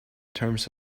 terms